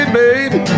baby